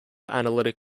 analytic